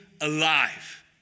alive